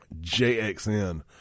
JXN